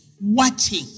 Watching